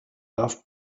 laughed